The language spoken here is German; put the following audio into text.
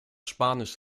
spanisch